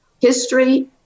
history